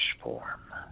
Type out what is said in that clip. form